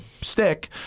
stick